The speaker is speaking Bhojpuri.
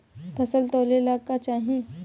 फसल तौले ला का चाही?